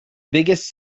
biggest